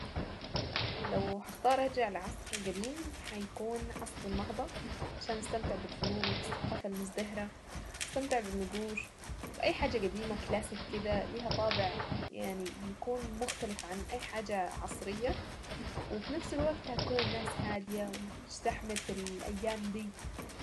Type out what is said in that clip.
لو هختار ارجع لعصر قديم هيكون عصر النهضة. عشان نستمتع بالفنون وبالثقافة المبهرة، استمتع بالنقوش، وباي حاجة قديمة كلاسيك كده ليها طابع يعني بيكون مختلف عن اي حاجة عصرية، وفي نفس الوقت هتكون الناس هادية ومفيش زحمة الايام دي.